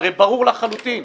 הרי ברור לחלוטין,